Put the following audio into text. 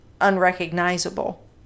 unrecognizable